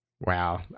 Wow